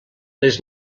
les